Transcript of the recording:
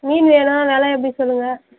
மீன் வேணும் வெலை எப்படி சொல்லுங்க